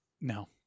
No